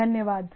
धन्यवाद